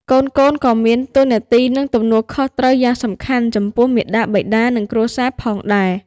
កូនៗក៏មានតួនាទី និងទំនួលខុសត្រូវយ៉ាងសំខាន់ចំពោះមាតាបិតា និងគ្រួសារផងដែរ។